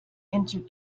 into